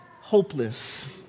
hopeless